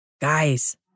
guys